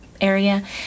area